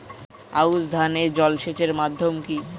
আউশ ধান এ জলসেচের মাধ্যম কি?